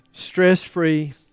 stress-free